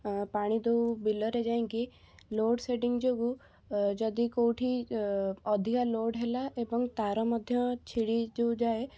ପାଣି ଦଉ ବିଲରେ ଯାଇକି ଲୋଡ଼ ସେଡ଼ିଙ୍ଗ ଯୋଗୁଁ ଅ ଯଦି କେଉଁଠି ଅ ଅଧିକା ଲୋଡ଼ ହେଲା ଏବଂ ତାର ମଧ୍ୟ ଛିଡ଼ି ଯେଉଁ ଯାଏ